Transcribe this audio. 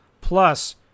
plus